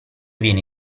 viene